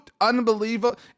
unbelievable